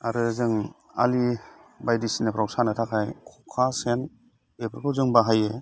आरो जों आलि बायदिसिनाफोराव सानो थाखाय खखा सेन बेफोरखौ जों बाहायो